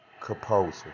Composer